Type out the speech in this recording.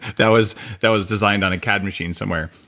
that was that was designed on a cad machine somewhere,